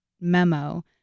memo